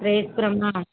ரேஸ்புரமா